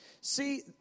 See